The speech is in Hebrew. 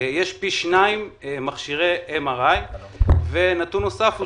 יש פי 2 מכשירי MRI. נתון נוסף הוא,